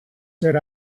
sit